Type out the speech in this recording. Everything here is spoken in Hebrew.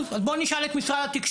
מאה אחוז, אז בוא נשאל את משרד התקשורת.